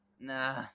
nah